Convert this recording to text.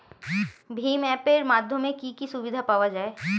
ভিম app এর মাধ্যমে কি কি সুবিধা পাওয়া যায়?